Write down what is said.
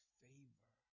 favor